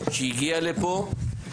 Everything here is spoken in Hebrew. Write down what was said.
שהגיעה לפה.